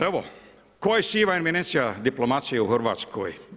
Evo tko je siva eminencija diplomacije u Hrvatskoj?